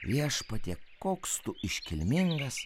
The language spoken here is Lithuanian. viešpatie koks tu iškilmingas